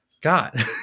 God